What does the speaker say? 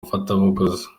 bafatabuguzi